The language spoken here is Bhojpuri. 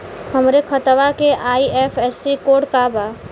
हमरे खतवा के आई.एफ.एस.सी कोड का बा?